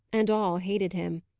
and all hated him.